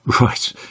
Right